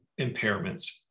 impairments